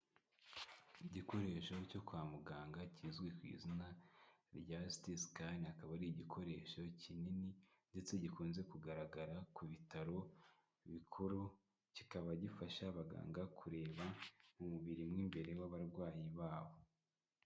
Igikoresho cyo kwa muganga kizwi ku izina rya sstis scan akaba ari igikoresho kinini ndetse gikunze kugaragara ku bitaro bikuru kikaba gifasha abaganga kureba umubiri w'imbere w'abarwayi babo.